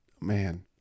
man